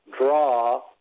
draw